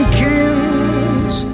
kings